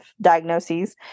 diagnoses